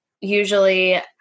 Usually